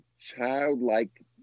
childlike